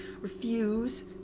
refuse